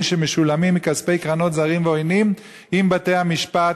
שמשולמים מכספי קרנות זרות ועוינות עם בתי-המשפט,